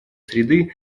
среды